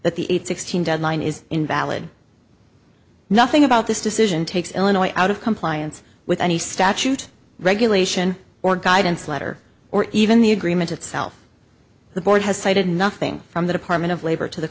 that the sixteen deadline is invalid nothing about this decision takes illinois out of compliance with any statute regulation or guidance letter or even the agreement itself the board has cited nothing from the department of labor to the